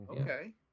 Okay